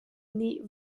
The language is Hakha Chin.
nih